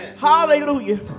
Hallelujah